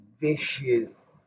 vicious